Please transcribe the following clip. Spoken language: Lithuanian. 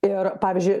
ir pavyzdžiui